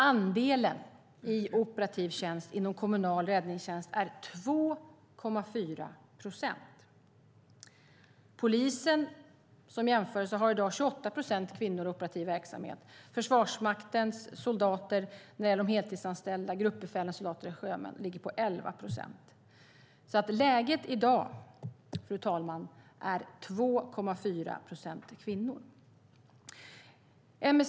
Andelen i operativ tjänst inom kommunal räddningstjänst är 2,4 procent. Polisen har som jämförelse i dag 28 procent kvinnor i operativ verksamhet. I Försvarsmakten ligger det på 11 procent när det gäller de heltidsanställda gruppbefälen, soldater och sjömän. Läget i dag är alltså 2,4 procent kvinnor i den kommunala räddningstjänsten, fru talman.